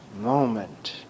moment